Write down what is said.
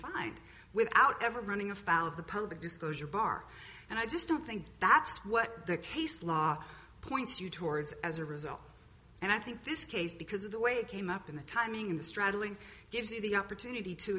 find without ever running afoul of the public disclosure bar and i just don't think that's what the case law points you towards as a result and i think this case because of the way it came up in the timing in the straddling gives you the i opportunity to